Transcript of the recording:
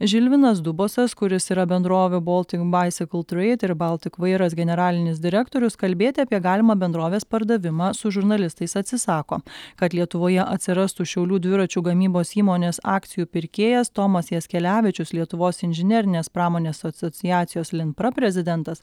žilvinas dubosas kuris yra bendrovių baltic bicycle trade ir baltik vairas generalinis direktorius kalbėti apie galimą bendrovės pardavimą su žurnalistais atsisako kad lietuvoje atsirastų šiaulių dviračių gamybos įmonės akcijų pirkėjas tomas jaskelevičius lietuvos inžinerinės pramonės asociacijos linpra prezidentas